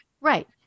Right